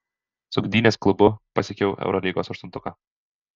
su gdynės klubu pasiekiau eurolygos aštuntuką